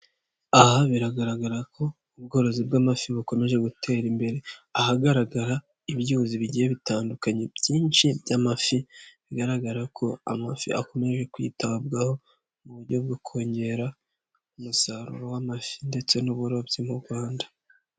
Aha biragaragara ko ubworozi bw'amafi bukomeje gutera imbere, ahagaragara ibyuzi bigiye bitandukanye byinshi by'amafi, bigaragara ko amafi akomeje kwitabwaho mu buryo bwo kongera umusaruro w'amafi ndetse n'uburobyi mu Rwanda.